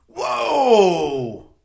Whoa